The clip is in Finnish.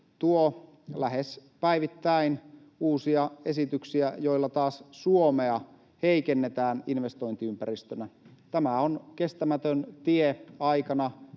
tuo lähes päivittäin uusia esityksiä, joilla taas Suomea heikennetään investointiympäristönä. Tämä on kestämätön tie aikana,